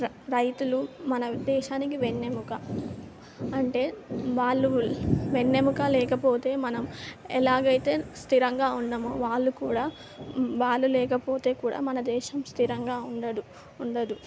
రైతులు మన దేశానికి వెన్నెముక అంటే వాళ్ళు వెన్నెముక లేకపోతే మనం ఎలాగైతే స్థిరంగా ఉండమో వాళ్ళు కూడా వాళ్ళు లేకపోతే కూడా మన దేశం స్థిరంగా ఉండదు ఉండదు